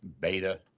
beta